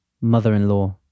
mother-in-law